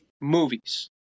movies